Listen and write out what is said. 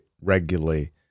regularly